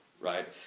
right